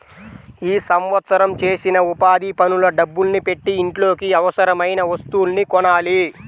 ఈ సంవత్సరం చేసిన ఉపాధి పనుల డబ్బుల్ని పెట్టి ఇంట్లోకి అవసరమయిన వస్తువుల్ని కొనాలి